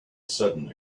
sudden